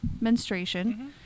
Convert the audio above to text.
menstruation